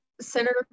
Senator